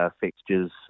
fixtures